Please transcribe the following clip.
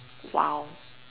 !wow!